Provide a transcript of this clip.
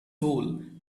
hole